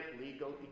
legal